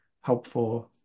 helpful